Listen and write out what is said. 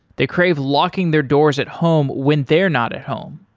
they crave locking their doors at home when they're not at home.